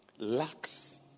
Lacks